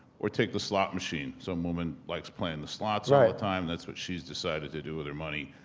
or take the slot machine some woman likes playing the slots all the time. that's what she's decided to do with her money.